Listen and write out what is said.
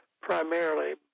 primarily